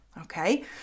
okay